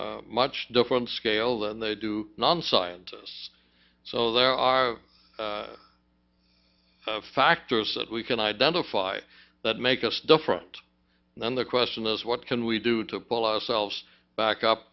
a much different scale than they do non scientists so there are factors that we can identify that make us different and then the question is what can we do to follow ourselves back up